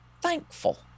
thankful